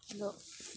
ᱤᱧ ᱫᱚ